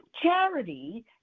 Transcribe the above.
Charity